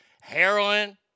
heroin